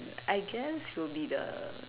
I guess it will be the